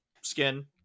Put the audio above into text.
skin